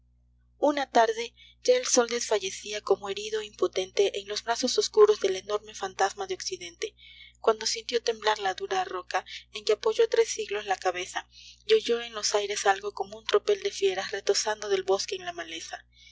una tarde ya el sol desfalleciá como herido impotente en los brazos oscuros del enorme fantasma de occidente cuando sintió temblar la dura roca en que apoyó tres siglos la cabeza y oyó en los aires algo como un tropel de fieras retozando del bosque en la maleza